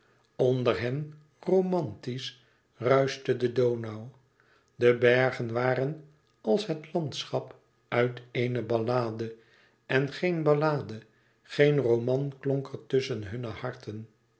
onder hen romantisch ruischte de donau de bergen waren als het landschap uit een ballade en geen ballade geen roman klonk er tusschen hunne harten